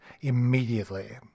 immediately